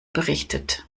berichtet